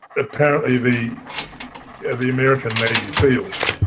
apparently, the the american navy seals